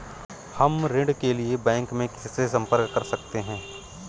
हम ऋण के लिए बैंक में किससे संपर्क कर सकते हैं?